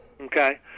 okay